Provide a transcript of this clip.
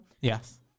Yes